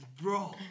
bro